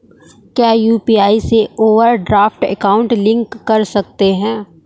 क्या यू.पी.आई से overdraft account link कर सकते हैं?